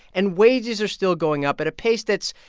and wages are still going up at a pace that's,